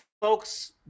folks